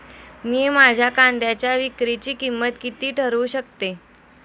मी माझ्या कांद्यांच्या विक्रीची किंमत किती ठरवू शकतो?